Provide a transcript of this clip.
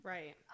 Right